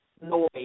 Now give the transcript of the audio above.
noise